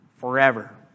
forever